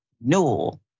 Newell